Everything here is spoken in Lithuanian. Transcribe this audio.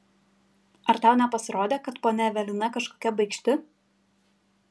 ar tau nepasirodė kad ponia evelina kažkokia baikšti